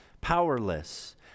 powerless